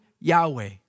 Yahweh